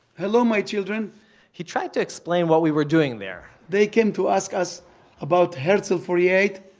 hello my children he tried to explain what we were doing there they came to ask us about herzl forty eight,